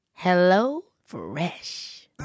HelloFresh